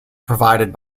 provided